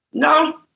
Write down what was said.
No